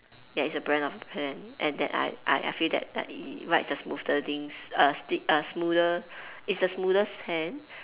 ya it's brand of a pen and that I I I feel that like it it it writes a smoother things uh stick uh smoother it's the smoothest pen